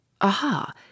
Aha